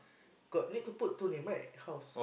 got need to put two name right house